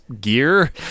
gear